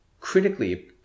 critically